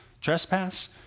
trespass